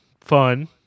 fun